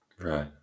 Right